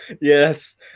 Yes